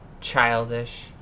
childish